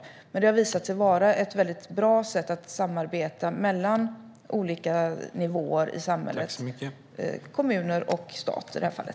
Detta har dock visat sig vara ett väldigt bra sätt att samarbeta mellan olika nivåer i samhället - kommuner och stat i det här fallet.